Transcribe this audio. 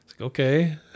Okay